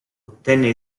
ottenne